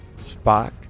Spock